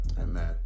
Amen